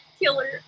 killer